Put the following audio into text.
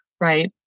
right